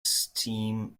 steam